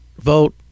vote